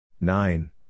Nine